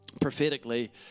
Prophetically